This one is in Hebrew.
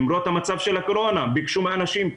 למרות המצב של הקורונה ביקשו מאנשים,